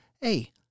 Hey